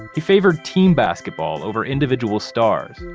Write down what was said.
he favored team basketball over individual stars,